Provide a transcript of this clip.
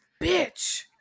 bitch